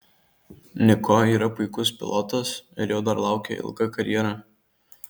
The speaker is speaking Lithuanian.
niko yra puikus pilotas ir jo dar laukia ilga karjera